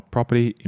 Property